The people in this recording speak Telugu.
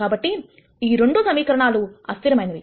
కాబట్టి ఈ రెండు సమీకరణాలు అస్థిరమైనవి